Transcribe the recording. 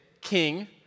king